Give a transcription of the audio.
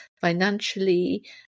financially